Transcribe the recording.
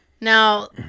Now